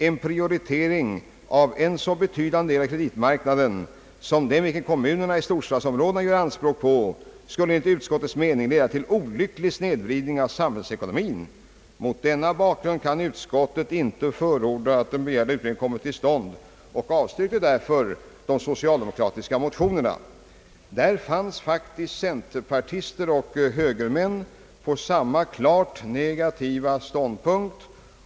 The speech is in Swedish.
En prioritering av en så betydande del av kreditmarknaden som den vilken kommunerna i storstadsområdena gör anspråk på skulle enligt utskottets mening leda till en olycklig snedvridning av samhällsekonomien.» Mot denna bakgrund avstyrkte reservanterna de socialdemokratiska motionärernas begäran om utredning. Centerpartister och högermän intog alltså då en klart negativ ståndpunkt.